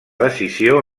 decisió